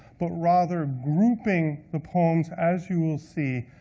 but rather grouping the poems, as you will see,